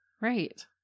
Right